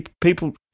people